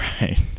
right